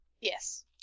Yes